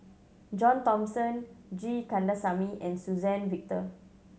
John Thomson G Kandasamy and Suzann Victor